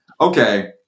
okay